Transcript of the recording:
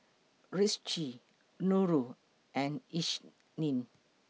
Rizqi Nurul and Isnin